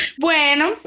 bueno